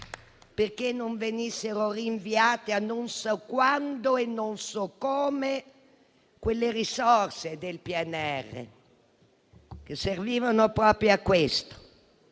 perché non venissero rinviate a non so quando e non so come quelle risorse del PNRR che servivano proprio a questo: